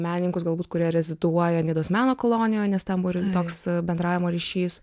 menininkus galbūt kurie reziduoja nidos meno kolonijoj nes ten buvo ir toks bendravimo ryšys